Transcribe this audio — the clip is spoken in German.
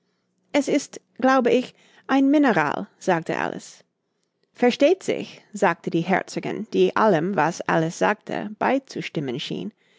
es ist glaube ich ein mineral sagte alice versteht sich sagte die herzogin die allem was alice sagte beizustimmen schien